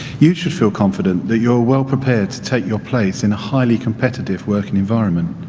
you should feel confident that you're well prepared to take your place in a highly competitive working environment.